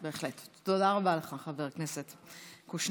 בהחלט, תודה רבה לך חבר הכנסת קושניר.